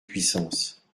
puissances